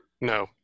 No